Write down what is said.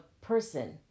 person